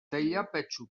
teilapetxu